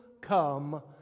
come